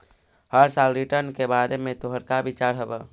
हर साल रिटर्न के बारे में तोहर का विचार हवऽ?